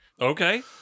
Okay